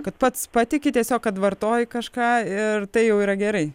kad pats patiki tiesiog kad vartoji kažką ir tai jau yra gerai